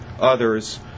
others